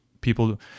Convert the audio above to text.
people